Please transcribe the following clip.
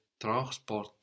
Transporte